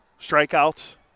strikeouts